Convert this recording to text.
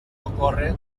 ocorre